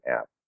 app